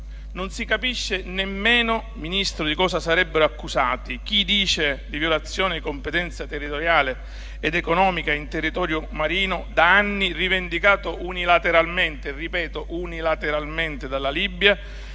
non si capisce nemmeno di cosa sarebbero accusati: c'è chi dice di violazione della competenza territoriale ed economica in territorio marino, da anni rivendicato unilateralmente dalla Libia,